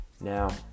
Now